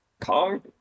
Kong